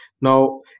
Now